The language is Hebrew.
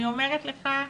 אני אומרת לך,